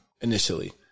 initially